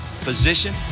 position